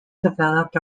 developed